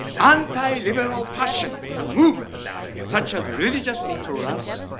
anti-liberal passions and movements such as religious intolerance,